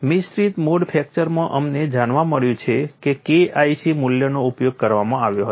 મિશ્રિત મોડ ફ્રેક્ચરમાં અમને જાણવા મળ્યું છે કે KIC મૂલ્યનો ઉપયોગ કરવામાં આવ્યો હતો